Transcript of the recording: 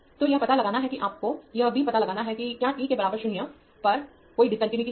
तो यह पता लगाना है कि आपको यह भी पता लगाना है कि क्या t के बराबर 0 पर कोई डिस्कन्टिन्यूइटी है